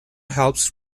helps